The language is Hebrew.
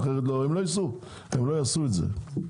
הם לא יעשו את זה.